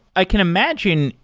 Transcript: i can imagine,